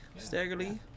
Staggerly